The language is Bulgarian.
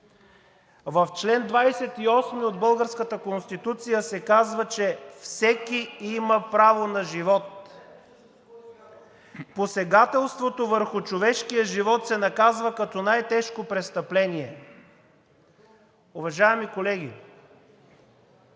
В чл. 28 от българската Конституция се казва, че всеки има право на живот. Посегателството върху човешкия живот се наказва като най тежко престъпление. Уважаеми колеги,